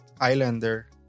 Islander